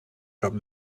cap